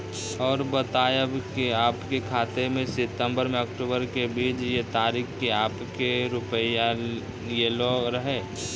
और बतायब के आपके खाते मे सितंबर से अक्टूबर के बीज ये तारीख के आपके के रुपिया येलो रहे?